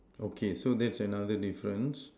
okay so that's another difference